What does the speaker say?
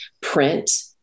print